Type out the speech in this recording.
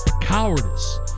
Cowardice